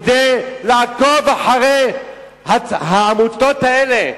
כדי לעקוב אחרי העמותות האלה,